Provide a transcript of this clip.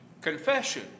Confession